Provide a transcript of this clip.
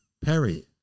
Perry